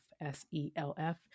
S-E-L-F